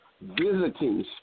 visiting